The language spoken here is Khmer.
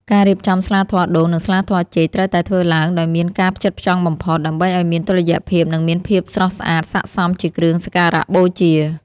ការរៀបចំស្លាធម៌ដូង និងស្លាធម៌ចេកត្រូវតែធ្វើឡើងដោយមានការផ្ចិតផ្ចង់បំផុត ដើម្បីឱ្យមានតុល្យភាពនិងមានភាពស្រស់ស្អាតស័ក្តិសមជាគ្រឿងសក្ការបូជា។